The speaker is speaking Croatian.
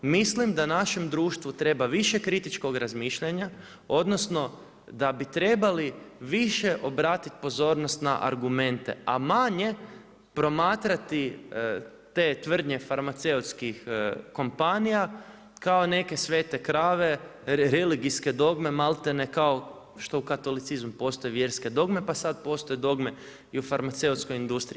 Mislim da našem društvu treba više kritičkog razmišljanja odnosno da bi trebali više obratiti pozornost na argumente a manje promatrati te tvrdnje farmaceutskih kompanija kao neke svete krave, religijske dogme, malti ne, što u katolicizmu postoje vjerske dogme, pa sad postoje dogme i u farmaceutskoj industriji.